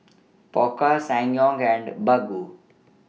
Pokka Ssangyong and Baggu